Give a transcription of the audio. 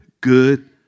Good